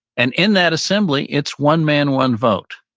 and in that assembly it's one man, one vote.